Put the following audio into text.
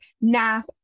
nap